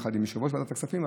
יחד עם יושב-ראש ועדת הכספים,